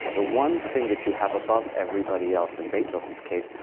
the one thing that you have above everybody else and beethoven's case,